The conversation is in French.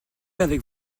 avec